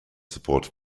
support